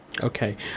Okay